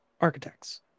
architects